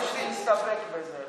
אני מבקש להסתפק בזה,